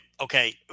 Okay